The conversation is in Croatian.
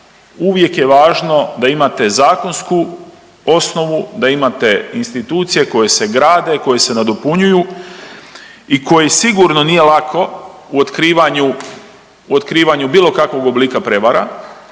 uvijek je važno da imate zakonsku osnovu, da imate institucije koje se grade, koje se nadopunjuju i koji sigurno nije lako u otkrivanju, u otkrivanju bilo kakvog oblika prevara